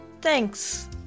Thanks